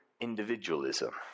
individualism